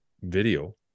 video